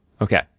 okay